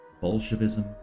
Bolshevism